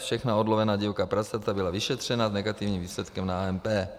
Všechna odlovená divoká prasata byla vyšetřena se negativním výsledkem na AMP.